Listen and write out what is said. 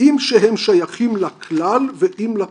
אם שהם שייכים לכלל ואם לפרט.